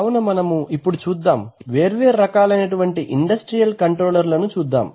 కావున మనము ఇప్పుడు చూద్దాం వేర్వేరు రకాలైనటువంటివి ఇండస్ట్రియల్ కంట్రోలర్ లను చూద్దాము